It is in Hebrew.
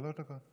שלוש דקות.